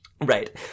Right